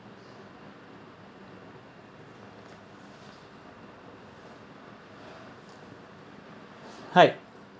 hi